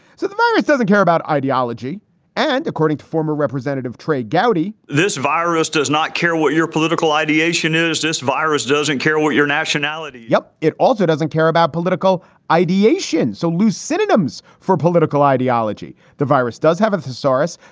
so the money doesn't care about ideology and according to former representative trey gowdy, this virus does not care what your political ideation is. this virus doesn't care what your nationality yup. it also doesn't care about political ideation. so loose synonyms for political ideology. the virus does have a thesaurus,